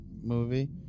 movie